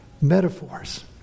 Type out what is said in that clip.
Metaphors